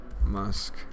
Musk